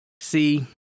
see